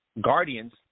Guardians